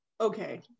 okay